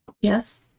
Yes